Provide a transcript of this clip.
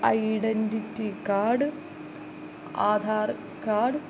identity card Aadhaar card